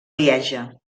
lieja